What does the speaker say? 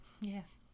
Yes